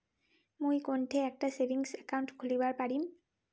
মুই কোনঠে একটা সেভিংস অ্যাকাউন্ট খুলিবার পারিম?